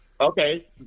Okay